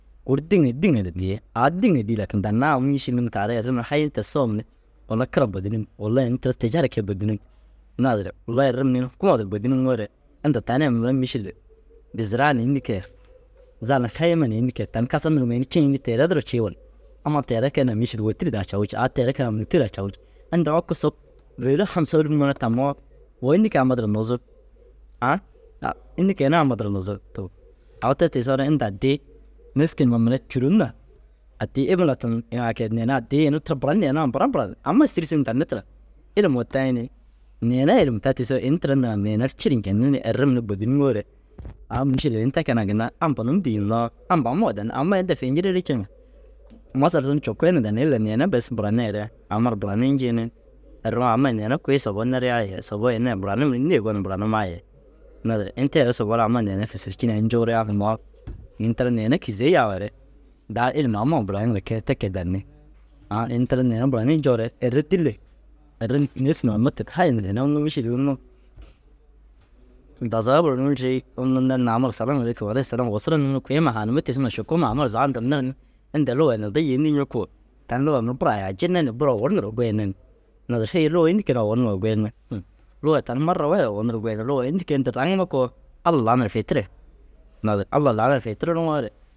Guru dîŋa dîŋa ru biriye au dîŋa dîi lakin dannaa au mîšil unnu taara errumi hayin te soom ni wulla kira bôdinim wulla ini tira tijar kee bôdunum. Naazire wulla ereim ni kula duro bôdiniŋoore inda tani ai mire mîšilli biiziraa na înni kee? Zal hayima na înni kee? Tani kasar nuruu mire ini ciŋa înni, Teere duro cii wullaa? Amma teere keenaa mîšil wôtir daa cawii cii au teere keenaa mûto raa cawii cii. Inda oko sop bêlo hamsa ôluf ŋa na tammoo wo înni keene ru amma duro nuuzug? Aa înni keene ru amma duro nuuzug to? Au te tiisoore inta addii nêski numa mire cûron na addii ibinatan ini ai kee ini addii ini tira buran na ina ampara buran. Ama sîri sin danni tira ilimuu tayi ni neere ilim tayi tisoo ini tira ndiŋa neere ru ciri ncenni ni erim ni bôdiniŋoore au mîšil ini te keenaa ginna ampa num dîi hinnoo ampa auma u danni. Ama inta fi nciririi ciŋa masal sun cokke na danni ille neerer bes buraneere ama ru buranii njii ni erriŋoo ama ru neere kui sobou nerigaa ye sobou ini ai buranim ni nêe gonim buranumaa ye. Naazire ini teere sobou ru ama neere fêsercineere ncuurugaa hinnoo ini tira neene kîzei yaweere daa ilim ama- u buraniŋire kee te kee danni. Au ini tira neere buranii ncoore erri dîlli erri nêski numa mûtik hain ru ini unnu mîšil unnu dazaga buranii ncii unnu nir ni ama salamu alleikum woleisam wosu ra num ni kuima haanimme tiisiŋa šukuuma ama ru zaandin nir ni inda luga ai ninda yêendii ñikuu tani luga ai mire buru ayaajine buru owor nuruu goyine ni. Naazire hêe luga înni keenaa owor numa i goyine? Hi luga ai tani marra wahid owor nuruu i goyine. Luga înni kee inta tani unnu koo Alla lauma ru fi re. Naazire Alla lauma ru fi tiririŋoore